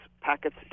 packets